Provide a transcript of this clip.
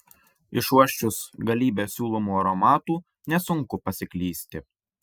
išuosčius galybę siūlomų aromatų nesunku pasiklysti